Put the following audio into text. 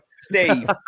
Steve